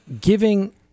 giving